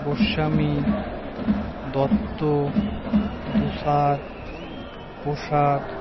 Goswami Dutta Dusad Prasad